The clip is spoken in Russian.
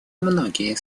многие